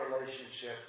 relationship